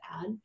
add